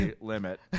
limit